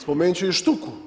Spomenuti ću i štuku.